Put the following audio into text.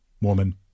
woman